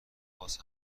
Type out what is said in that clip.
باز